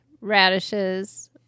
radishes